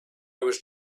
was